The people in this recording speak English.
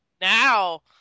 now